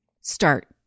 Start